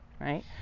right